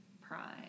Prime